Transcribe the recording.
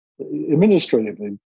administratively